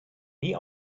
nie